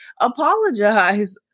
Apologize